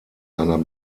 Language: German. einer